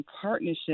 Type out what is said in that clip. partnership